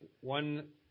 one